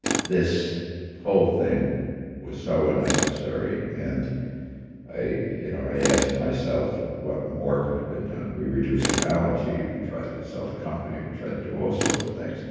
this whole thing was so unnecessary. and you know i asked myself what more could have been done? we reduced the balance sheet. we tried to sell the company, we try to do all sorts of things,